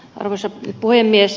arvoisa puhemies